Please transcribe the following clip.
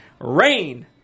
Rain